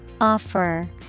Offer